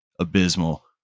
abysmal